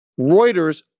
Reuters